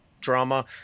drama